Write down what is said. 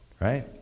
right